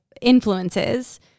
influences